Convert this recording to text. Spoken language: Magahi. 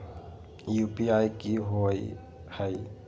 यू.पी.आई कि होअ हई?